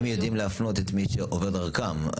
הם יודעים להפנות את מי שעובר דרכם,